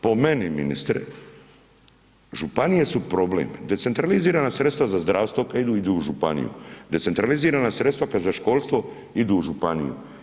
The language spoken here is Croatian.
Po meni, ministre, županije su problem, decentralizirana sredstva za zdravstvo, kad idu, idu u županiju, decentralizirana sredstva kad za školstvo idu u županiju.